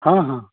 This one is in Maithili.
हँ हँ